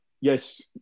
Yes